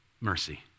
mercy